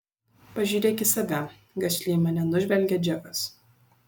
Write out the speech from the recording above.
pažiūrėk į save gašliai mane nužvelgia džekas